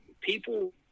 people